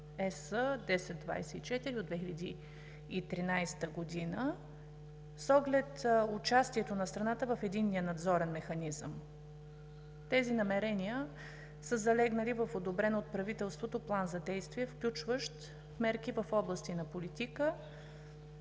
№ 1024 от 2013 г., с оглед участието на страна в Единния надзорен механизъм. Тези намерения са залегнали в одобрен от правителството План за действие, включващ мерки в области на политика,